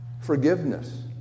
forgiveness